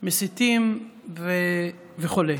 מסיתים וכו'.